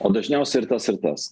o dažniausiai ir tas ir tas